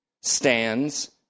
stands